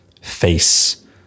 face